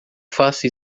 faça